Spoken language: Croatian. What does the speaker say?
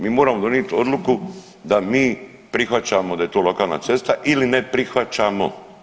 Mi moramo donit odluku da mi prihvaćamo da je to lokalna cesta ili ne prihvaćamo.